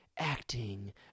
acting